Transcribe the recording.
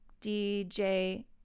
dj